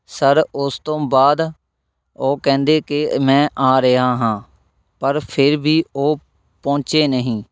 sir ਉਸ ਤੋਂ ਬਾਅਦ ਉਹ ਕਹਿੰਦੇ ਕਿ ਮੈਂ ਆ ਰਿਹਾ ਹਾਂ ਪਰ ਫਿਰ ਵੀ ਉਹ ਪਹੁੰਚੇ ਨਹੀਂ